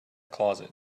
closet